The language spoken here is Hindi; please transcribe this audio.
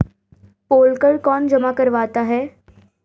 पोल कर कौन जमा करवाता है?